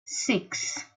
six